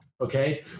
Okay